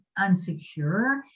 unsecure